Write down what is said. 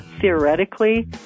theoretically